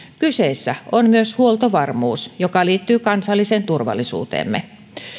kyseessä on myös huoltovarmuus joka liittyy kansalliseen turvallisuuteemme